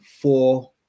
four